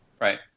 Right